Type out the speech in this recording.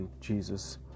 Jesus